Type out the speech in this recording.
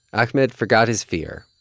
ahmed forgot his fear,